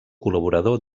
col·laborador